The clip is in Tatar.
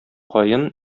каен